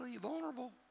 vulnerable